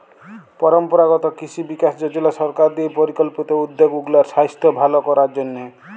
পরম্পরাগত কিসি বিকাস যজলা সরকার দিঁয়ে পরিকল্পিত উদ্যগ উগলার সাইস্থ্য ভাল করার জ্যনহে